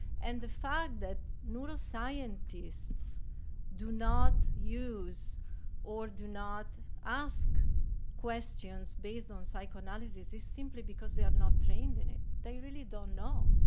and the fact that neuroscientists do not use or do not ask questions based on psychoanalysis is simply because they are not trained in it. they really don't know.